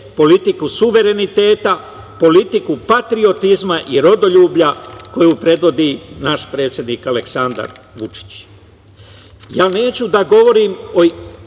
politiku suvereniteta, politiku patriotizma i rodoljublja koju predvodi naš predsednik Aleksandar Vučić. Neću